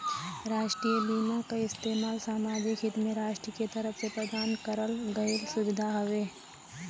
राष्ट्रीय बीमा क इस्तेमाल सामाजिक हित में राष्ट्र के तरफ से प्रदान करल गयल सुविधा हउवे